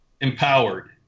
empowered